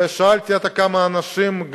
ושאלתי כמה אנשים,